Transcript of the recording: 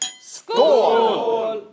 Score